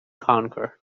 conquer